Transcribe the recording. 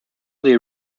they